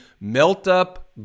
melt-up